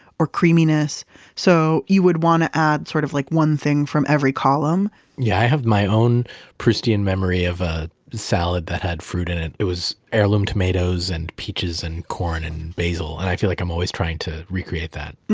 or creaminess so, you would want to add sort of like one thing from every column yeah i have my own pristine memory of a salad that had fruit in it. it was heirloom tomatoes and peaches and corn and and basil. and i feel like i'm always trying to recreate that